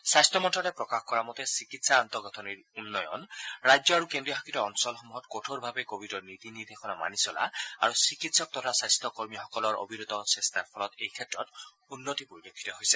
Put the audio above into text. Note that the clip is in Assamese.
স্বাস্থ্য মন্তালয়ে প্ৰকাশ কৰা মতে চিকিৎসা আন্তঃগাঁথনিৰ উন্নয়ন ৰাজ্য আৰু কেন্দ্ৰীয় শাসিত অঞ্চলসমূহত কঠোৰ ভাৱে কভিডৰ নীতি নিৰ্দেশনা মানি চলা আৰু চিকিৎসক তথা স্বাস্থকৰ্মীসকলৰ অবিৰত চেষ্টাৰ ফলত এইক্ষেত্ৰত উন্নতি পৰিলক্ষিত হৈছে